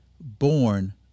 born